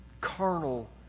carnal